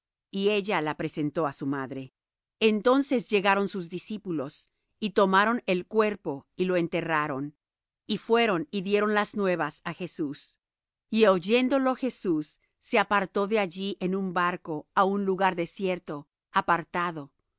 y ella la presentó á su madre entonces llegaron sus discípulos y tomaron el cuerpo y lo enterraron y fueron y dieron las nuevas á jesús y oyéndo lo jesús se apartó de allí en un barco á un lugar descierto apartado